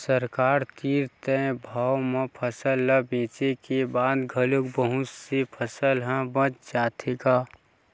सरकार तीर तय भाव म फसल ल बेचे के बाद घलोक बहुत से फसल ह बाच जाथे गा